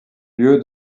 lieu